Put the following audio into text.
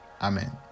Amen